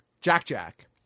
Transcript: Jack-Jack